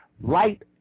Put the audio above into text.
light